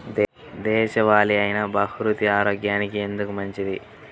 దేశవాలి అయినా బహ్రూతి ఆరోగ్యానికి ఎందుకు మంచిది?